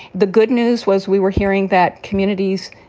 the good news was we were hearing that communities,